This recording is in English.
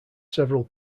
several